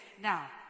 Now